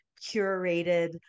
curated